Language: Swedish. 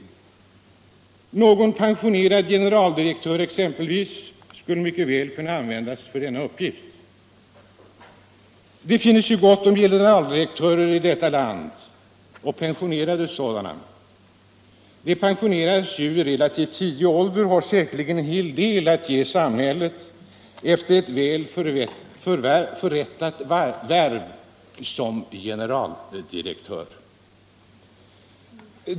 Någon pensionerad generaldirektör, exempelvis, skulle mycket väl kunna användas till denna uppgift. Det finnes ju gott om generaldirektörer i detta land, även pensionerade sådana. De pensioneras ju vid relativt tidig ålder och har säkerligen en hel del att ge samhället efter ett väl förrättat värv som generaldirektör.